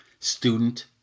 student